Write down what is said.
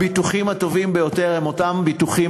הביטוחים הטובים ביותר הם אותם ביטוחים